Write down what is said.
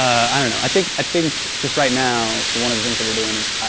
i don't know. i think i think just right now, that one of the things that we're doing is,